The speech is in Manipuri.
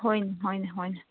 ꯍꯣꯏꯅꯦ ꯍꯣꯏꯅꯦ ꯍꯣꯏꯅꯦ